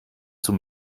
zum